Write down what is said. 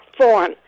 form